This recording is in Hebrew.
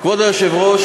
כבוד היושב-ראש,